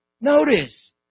Notice